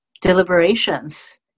deliberations